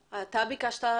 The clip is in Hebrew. הניקיון,